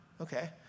okay